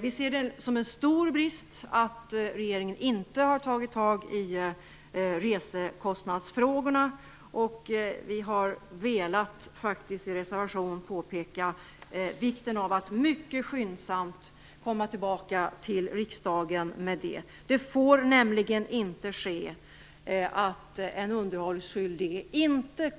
Vi ser det som en stor brist att regeringen inte har tagit tag i resekostnadsfrågorna, och vi har i vår reservation velat påpeka vikten av att mycket skyndsamt komma tillbaka till riksdagen med det. Det får nämligen inte ske att en underhållsskyldig inte